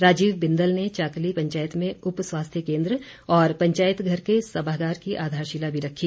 राजीव बिंदल ने चाकली पंचायत में उप स्वास्थ्य केंद्र और पंचायत घर के सभागार की आधारशिला भी रखी